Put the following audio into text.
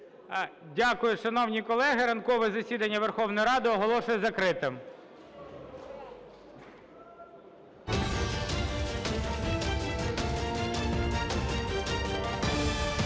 Дякую, шановні колеги. Ранкове засідання Верховної Ради оголошую закритим.